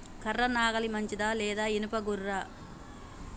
కర్ర నాగలి మంచిదా లేదా? ఇనుప గొర్ర?